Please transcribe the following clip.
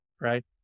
right